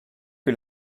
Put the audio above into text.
que